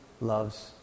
Loves